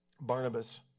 Barnabas